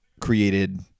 created